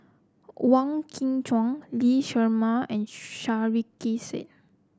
Wong Kwei Cheong Lee Shermay and Sarkasi Said